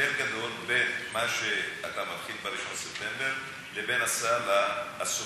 הבדל גדול בין מה שאתה מתחיל ב-1 בספטמבר לבין הסל הסופי,